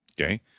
Okay